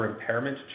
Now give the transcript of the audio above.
impairment